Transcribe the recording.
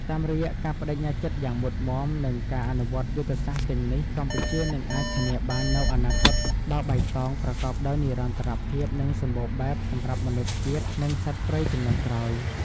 តាមរយៈការប្តេជ្ញាចិត្តយ៉ាងមុតមាំ និងការអនុវត្តយុទ្ធសាស្ត្រទាំងនេះ កម្ពុជានឹងអាចធានាបាននូវអនាគតដ៏បៃតង ប្រកបដោយនិរន្តរភាព និងសម្បូរបែបសម្រាប់មនុស្សជាតិ និងសត្វព្រៃជំនាន់ក្រោយ។